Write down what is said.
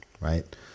right